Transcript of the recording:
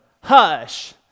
hush